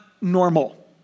normal